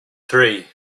three